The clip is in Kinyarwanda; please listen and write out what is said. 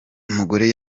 umugore